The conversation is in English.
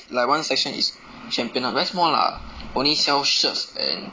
like one section is Champion ah very small lah only sell shirts and